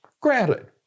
Granted